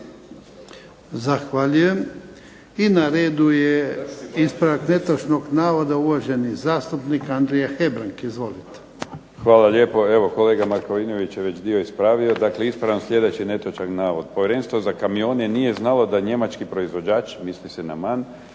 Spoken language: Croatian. Zahvaljujem. I na redu je ispravak netočnog navoda, uvaženi zastupnik Andrija Hebrang. Izvolite. **Hebrang, Andrija (HDZ)** Hvala lijepa evo kolega Markovinović je već dio ispravio. Dakle, ispravljam sljedeći netočan navod. Povjerenstvo za kamione nije znalo da Njemački proizvođač, misli se na MAN